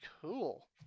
Cool